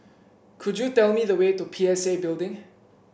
could you tell me the way to P S A Building